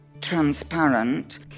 transparent